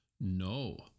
No